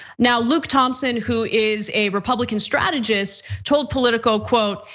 now, luke thompson, who is a republican strategist told politico quote,